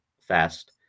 fast